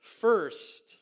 first